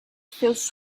feels